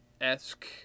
esque